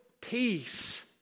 peace